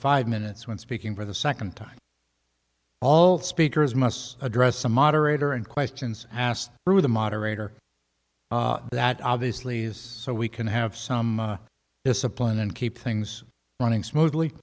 five minutes when speaking for the second time all speakers must address the moderator and questions asked through the moderator that obviously is so we can have some discipline and keep things running smoothly